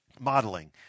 Modeling